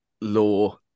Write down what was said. Law